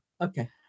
Okay